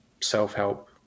self-help